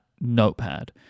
notepad